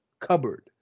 cupboard